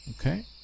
okay